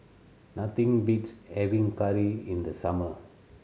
nothing beats having curry in the summer